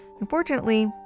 Unfortunately